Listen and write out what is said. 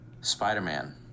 spider-man